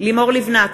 לימור לבנת,